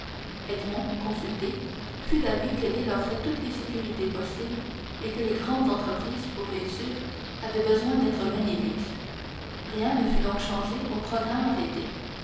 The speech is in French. consulté fut d'avis que l'île offrait toutes les sécurités possibles et que les grandes entreprises pour réussir avaient besoin d'être menées vite rien ne fut donc changé au programme arrêté